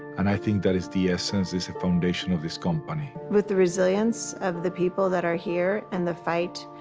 and i think that is the essence is the foundation of this company. with the resilience of the people that are here and the fight,